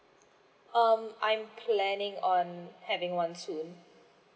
um I'm planning on having once soon